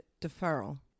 deferral